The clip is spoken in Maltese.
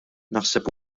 naħseb